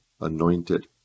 anointed